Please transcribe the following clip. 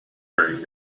during